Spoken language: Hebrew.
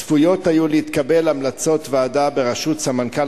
צפויות היו להתקבל המלצות ועדה בראשות סמנכ"ל